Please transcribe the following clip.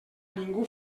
ningú